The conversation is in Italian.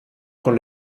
con